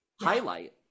highlight